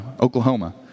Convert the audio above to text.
Oklahoma